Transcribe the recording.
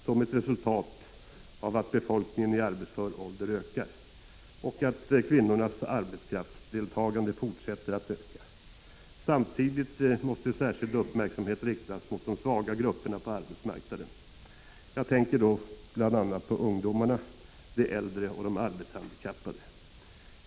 Det är ett resultat av att befolkningen i arbetsför ålder ökar och att kvinnornas arbetskraftsdeltagande fortsätter att öka. Samtidigt måste särskild uppmärksamhet riktas mot de svaga grupperna på arbetsmarknaden. Jag tänker då bl.a. på ungdomarna, de äldre och de arbetshandikappade.